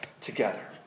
together